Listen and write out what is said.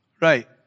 right